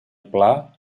pla